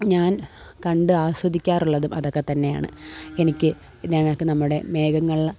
ഞാൻ കണ്ട് ആസ്വദിക്കാറുള്ളതും അതൊക്കെ തന്നെയാണ് എനിക്ക് ഞങ്ങൾക്ക് നമ്മുടെ മേഘങ്ങളിൽ